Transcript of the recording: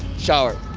shower.